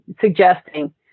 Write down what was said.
suggesting